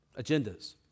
agendas